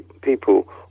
people